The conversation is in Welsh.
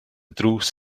drws